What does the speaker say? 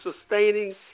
sustaining